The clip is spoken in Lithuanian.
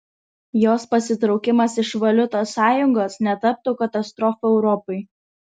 jos pasitraukimas iš valiutos sąjungos netaptų katastrofa europai